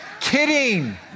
Kidding